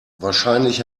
wahrscheinlich